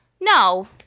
no